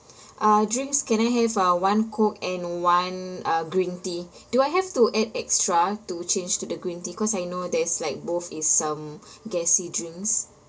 uh drinks can I have uh one coke and one uh green tea do I have to add extra to change to the green tea cause I know that is like both is um gassy drinks